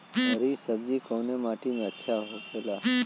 हरी हरी सब्जी कवने माटी में अच्छा होखेला?